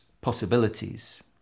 possibilities